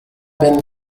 ben